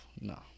No